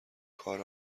کار